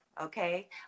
okay